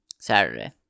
Saturday